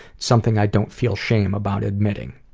something i don't feel shame about admitting.